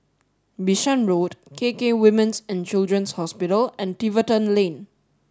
Bishan Road K K Women's and Children's Hospital and Tiverton Lane